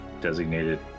designated